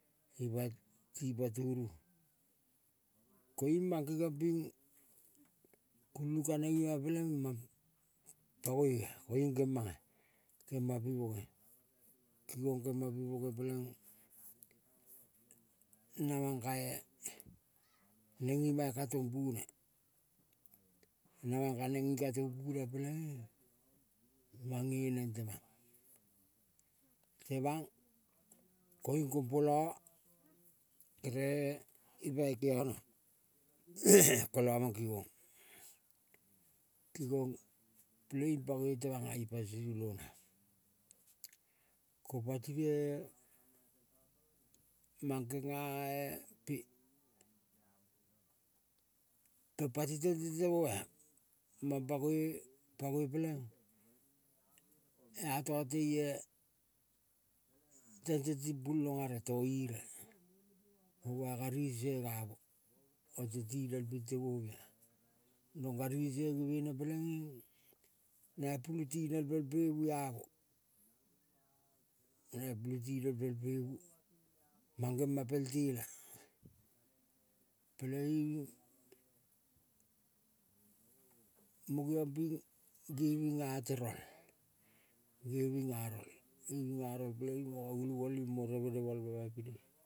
Ipai ti paturu koiung mang, kengiong ping kulung kaneng ima peleng mang pangoia. Koiung kemanga kema pi boge, kingong kema pi boge peleng namang kae neng ima katompuna. Namang kaneng ikatompuna peleing mange neng temang, temang koiung kompola kere ipa ikiona. Kola mang kingong, kingong peleing pangoi temanga ipa el sisilona. Ko patie mang kengae pe tang pati tente temo ma-a, mang pangoi peleng ata teie tente ting. Pulongare to ire mo bai gari ge gamo ote tinel pinte, go biai rong kari se gevene peleng nai pulu. Tinel pel pemu amo, naipulu tinel pel pemu mangema pel tele peleing mo geong ping gering ate ral. Geving a ral, geving a ral peleing mo gavulu mol imo revene mol oma piti.